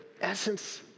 essence